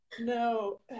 no